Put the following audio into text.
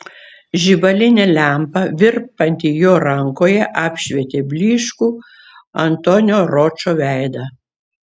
žibalinė lempa virpanti jo rankoje apšvietė blyškų antonio ročo veidą